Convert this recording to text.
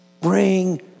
Bring